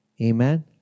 Amen